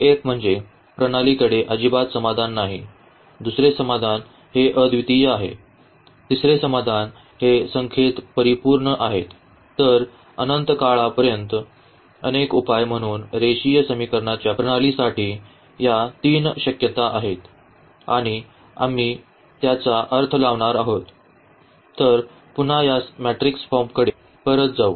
एक म्हणजे प्रणालीकडे अजिबात समाधान नाही दुसरे समाधान हे अद्वितीय आहे तिसरे समाधान हे संख्येत परिपूर्ण आहेत तर अनंतकाळपर्यंत अनेक उपाय म्हणून रेषीय समीकरणांच्या प्रणालीसाठी या तीन शक्यता आहेत आणि आम्ही त्याचा अर्थ लावणार आहोत तर पुन्हा या मॅट्रिक्स फॉर्मकडे परत जाऊ